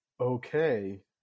Okay